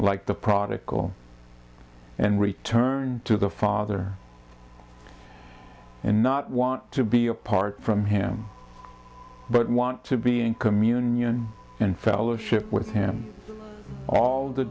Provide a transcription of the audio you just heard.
like the product on and return to the father and not want to be apart from him but want to be in communion and fellowship with him all the